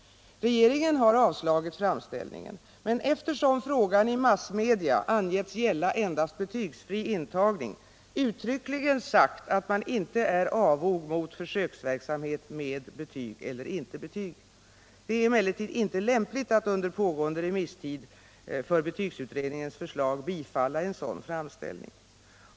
Regeringen har avslagit framställningen, men eftersom frågan i massmedia angetts gälla endast betygsfri intagning har regeringen uttryckligen sagt att man inte är avogt inställd mot försöksverksamhet med betyg eller försöksverksamhet utan betyg, Regeringen har emellertid inte funnit det lämpligt att under pågående remisstid för betygsutredningens förslag bifalla framställningen.